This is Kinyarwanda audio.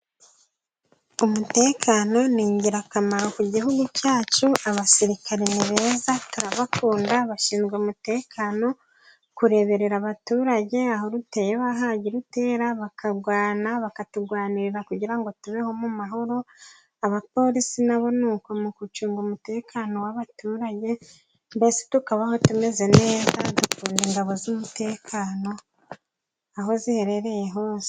Umutekano ni ingirakamaro ku gihugu cyacu, abasirikare beza turabakunda bashinzwe umutekano kureberera abaturage aho ruteyeho harutera bakarwana, bakaturwanirira kugira ngo tubeho mu amahoro, abaporisi nabo ni uko mu gucunga umutekano w'abaturage mbese tukabaho tumeze neza kandi dufite ingabo z'umutekano aho ziherereye hose.